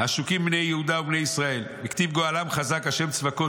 "עשוקים בני יהודה ובני ישראל וכתיב: 'גואלם חזק השם צבאות